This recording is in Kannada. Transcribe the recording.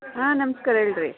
ಹಾಂ ನಮಸ್ಕಾರ ಹೇಳ್ರಿ